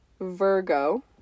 Virgo